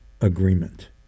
agreement